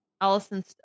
Allison